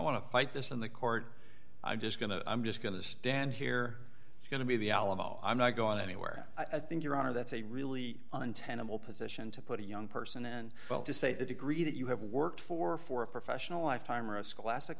want to fight this in the court i'm just going to i'm just going to stand here it's going to be the alamo i'm not going anywhere i think your honor that's a really untenable position to put a young person and to say the degree that you have worked for for a professional lifetime or a scholastic